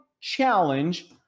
challenge